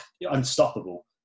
unstoppable